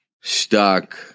stuck